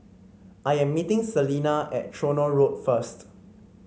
I am meeting Salena at Tronoh Road first